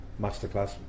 masterclass